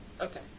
Okay